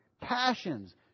passions